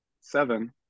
seven